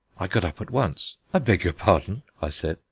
i got up at once. i beg your pardon, i said,